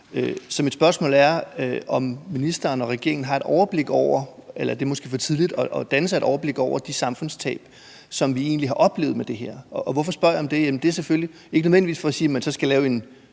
Så mit spørgsmål er, om ministeren og regeringen har et overblik, eller om det måske er for tidligt at danne sig et overblik over de samfundstab, som vi egentlig har oplevet med det her. Hvorfor spørger jeg om det? Jamen det er selvfølgelig ikke nødvendigvis for at sige, at man så skal lave en